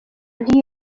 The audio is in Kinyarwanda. nti